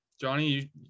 johnny